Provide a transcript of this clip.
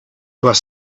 was